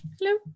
Hello